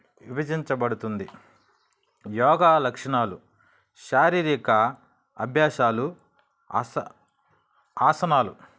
విభజించబడుతుంది యోగా లక్షణాలు శారీరక అభ్యాసాలు ఆసనాలు